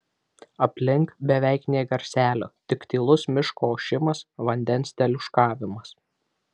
aplink beveik nė garselio tik tylus miško ošimas vandens teliūškavimas